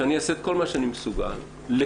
שאני אעשה את כל מה שאני מסוגל לקדם